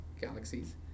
galaxies